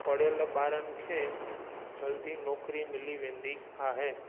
पढ़ियल ॿारनि खे जल्दी नौकिरी मिली वेंदी आहे